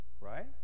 Right